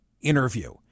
interview